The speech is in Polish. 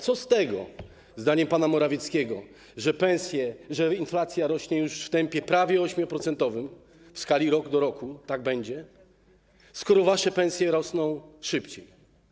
Co z tego, zdaniem pana Morawieckiego, że inflacja rośnie już w tempie prawie 8-procentowym w skali rok do roku - tak będzie - skoro pensje rosną szybciej?